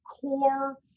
core